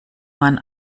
man